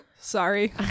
Sorry